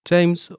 James